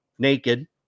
Naked